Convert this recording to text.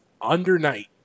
Undernight